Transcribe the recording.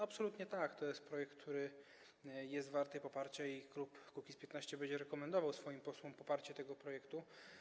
Absolutnie tak, to jest projekt, który jest wart poparcia i klub Kukiz’15 będzie rekomendował swoim posłom poparcie tego projektu.